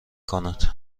کند